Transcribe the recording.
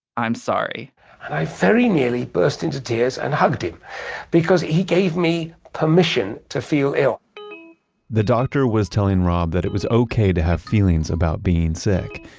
i'm sorry. and i very nearly burst into tears and hugged him because he gave me permission to feel ill the doctor was telling rob that it was okay to have feelings about being sick.